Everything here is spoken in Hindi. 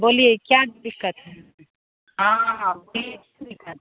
बोलिए क्या दिक़्क़त है हाँ बोलिए क्या दिक़्क़त